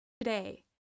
today